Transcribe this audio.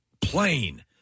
plain